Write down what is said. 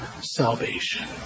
salvation